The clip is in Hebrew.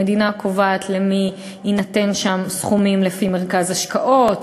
המדינה קובעת למי יינתנו שם סכומים לפי מרכז השקעות,